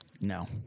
No